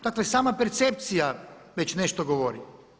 Dakle, sama percepcija već nešto govori.